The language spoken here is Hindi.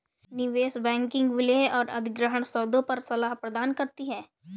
निवेश बैंकिंग विलय और अधिग्रहण सौदों पर सलाह प्रदान करती है